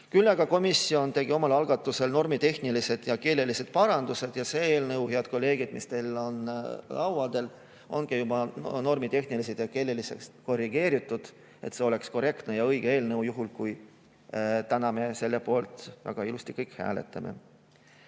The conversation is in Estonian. tegi komisjon omal algatusel normitehnilised ja keelelised parandused. See eelnõu, head kolleegid, mis on teie laudadel, ongi juba normitehniliselt ja keeleliselt korrigeeritud, et see oleks korrektne ja õige eelnõu, juhul kui me kõik täna selle poolt väga ilusti hääletame.